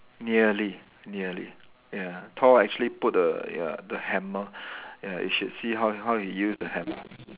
nearly nearly ya Thor actually put a ya the hammer ya you should see how how he use the hammer